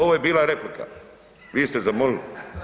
Ovo je bila replika, vi ste zamolili.